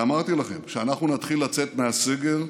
ואמרתי לכם: כשאנחנו נתחיל לצאת מהסגר,